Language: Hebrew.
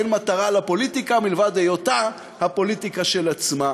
אין מטרה לפוליטיקה מלבד היותה הפוליטיקה של עצמה.